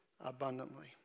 abundantly